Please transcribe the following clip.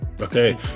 okay